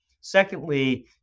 Secondly